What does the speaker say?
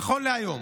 נכון להיום,